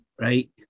right